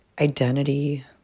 identity